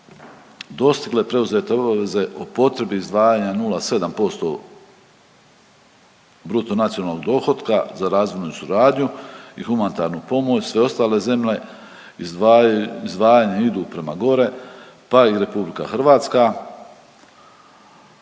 dostigle preuzete obveze o potrebi izdvajanja 0,7% bruto nacionalnog dohotka za razvojnu suradnju i humanitarnu pomoć. Sve ostale zemlje izdvajanja idu prema gore pa i RH.